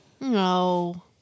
No